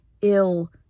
ill